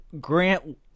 grant